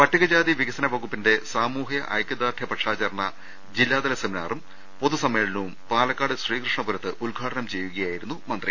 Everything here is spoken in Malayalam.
പട്ടികജാതി വികസന വകുപ്പിന്റെ സാമൂഹ്യ ഐക്യദാർഢ്യ പക്ഷാചരണ ജില്ലാ തല സെമിനാറും പൊതു സമ്മേളനവും പാലക്കാട് ശ്രീകൃ ഷ്ണപുരത്ത് ഉദ്ഘാടനം ചെയ്യുകയായിരുന്നു മന്ത്രി